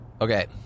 Okay